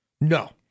No